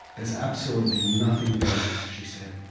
there's absolutely nothing there she said.